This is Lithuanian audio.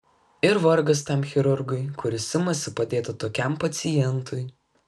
ir vargas tam chirurgui kuris imasi padėti tokiam pacientui